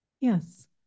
Yes